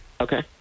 Okay